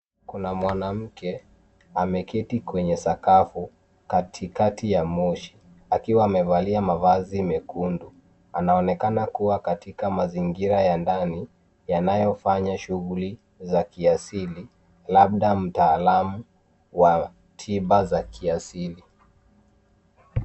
Kuna mwanamke ameketi kwenye sakafu katikati ya moshi, akiwa amevalia mavazi mekundu, anaonekana kuwa katika mazingira ya ndani yanayofanya shughuli za kiasili labda mtaalamu wa tiba za kiasili.